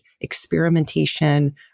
experimentation